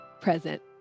present